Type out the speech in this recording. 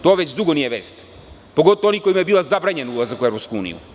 To već dugo nije vest, pogotovo oni kojima je bio zabranjen ulazak u EU.